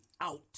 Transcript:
out